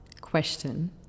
question